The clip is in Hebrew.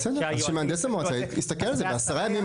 בסדר, אז שמהנדס המועצה יסתכל על זה ב-10 ימים.